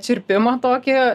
čirpimą tokį